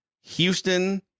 Houston